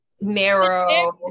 narrow